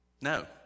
no